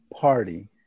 party